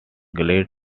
glad